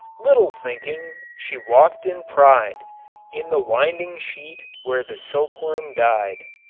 little thinking she walked in pride in the winding sheet where the silkworm died.